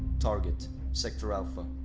target sector alpha,